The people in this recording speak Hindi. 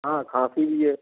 हाँ खाँसी भी है